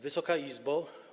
Wysoka Izbo!